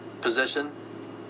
position